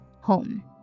home